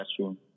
restroom